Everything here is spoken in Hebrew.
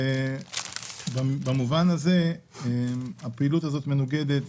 במובן הזה הפעילות הזו מנוגדת